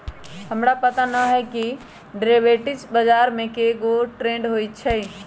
हमरा पता न हए कि डेरिवेटिव बजार में कै गो ट्रेड होई छई